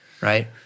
right